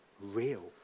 real